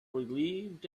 relieved